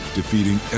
defeating